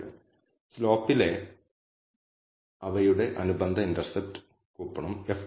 β1 ഉൾപ്പെടെ ഉപയോഗിക്കണമെന്ന് സൂചിപ്പിക്കുന്നത് വളരെ നല്ലതാണ് നിങ്ങളുടെ മോഡലിംഗിൽ β1 ഉപയോഗിക്കുന്നത് നിങ്ങൾക്ക് t മികച്ചതാക്കും